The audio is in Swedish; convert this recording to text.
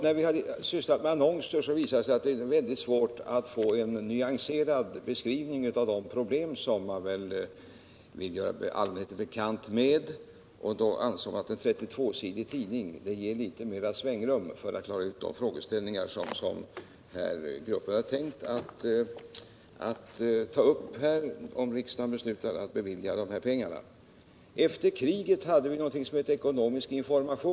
När vi sysslar med annonser visar det sig vara svårt att få en nyanserad beskrivning av de problem som man vill göra allmänheten bekant med. En 32-sidig tidning ger mera svängrum för att klara ut de frågeställningar som gruppen tänkt belysa, om riksdagen nu beslutar bevilja dessa pengar. Efter kriget hade vi någonting som hette ekonomisk information.